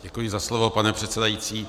Děkuji za slovo, pane předsedající.